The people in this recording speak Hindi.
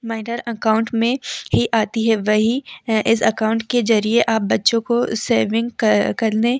माइनर अकाउंट में ही आती है वही हैं इस अकाउंट के ज़रिए आप बच्चों को सेविंग करने